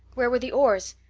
where were the oars?